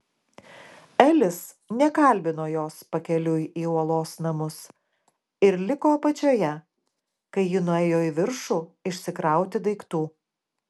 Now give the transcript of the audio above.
elis nekalbino jos pakeliui į uolos namus ir liko apačioje kai ji nuėjo į viršų išsikrauti daiktų